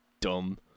dumb